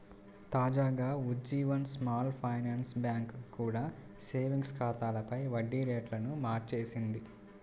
తాజాగా Ujjivan small finance bank కూడా savings ఖాతాలపై వడ్డీ రేట్లను మార్చేసింది